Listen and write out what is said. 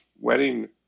wedding